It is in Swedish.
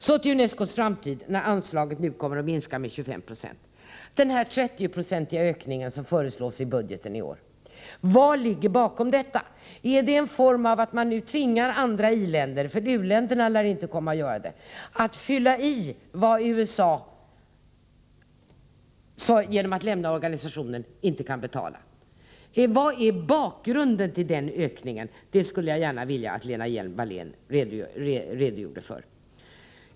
Så till UNESCO:s framtid, när anslaget nu kommer att minska med 25 96. Vad ligger bakom den 30-procentiga ökning som föreslås i vår budget i år? Är det en form av försök att tvinga andra i-länder — u-länderna lär inte komma att ställa upp — att fylla i vad USA genom att lämna organisationen inte betalar? Vad är bakgrunden till den föreslagna ökningen? Det skulle jag gärna vilja att Lena Hjelm-Wallén redogör för.